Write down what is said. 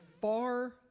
far